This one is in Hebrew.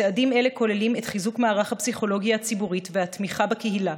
צעדים אלה כוללים את חיזוק מערך הפסיכולוגיה הציבורית והתמיכה בקהילה,